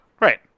Right